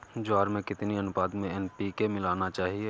ज्वार में कितनी अनुपात में एन.पी.के मिलाना चाहिए?